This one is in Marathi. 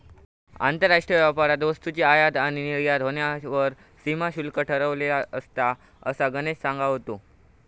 आंतरराष्ट्रीय व्यापारात वस्तूंची आयात आणि निर्यात ह्येच्यावर सीमा शुल्क ठरवलेला असता, असा गणेश सांगा होतो